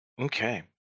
okay